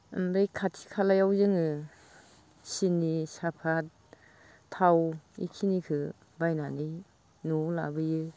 ओमफाय खाथि खालायाव जोङो सिनि साफाथ थाव इखिनिखो बायनानै न'आव लाबोयो